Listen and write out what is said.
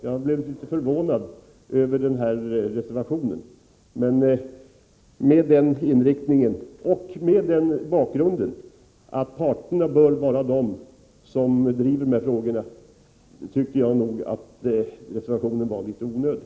Jag blev litet förvånad över reservationen på den punkten, och mot bakgrund av att parterna bör vara de som driver de här frågorna tycker jag nog att reservationen var litet onödig.